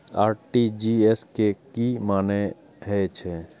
RTGS के की मानें हे छे?